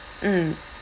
mm